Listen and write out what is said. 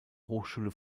hochschule